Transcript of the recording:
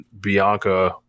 Bianca